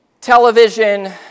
television